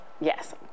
Yes